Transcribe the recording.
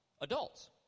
adults